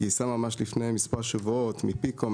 גייסה ממש לפני מספר שבועות מפיקו,